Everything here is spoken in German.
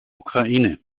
ukraine